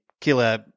Killer